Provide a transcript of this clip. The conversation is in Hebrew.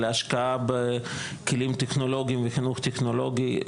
על ההשקעה בכלים טכנולוגיים וחינוך טכנולוגי.